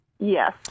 Yes